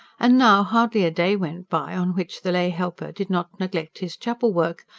and now hardly a day went by on which the lay-helper did not neglect his chapel work,